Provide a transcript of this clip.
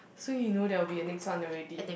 so you know there will be a next one already